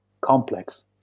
complex